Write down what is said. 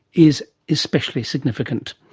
is especially significant.